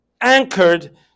anchored